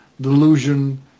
delusion